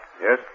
Yes